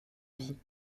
vie